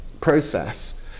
process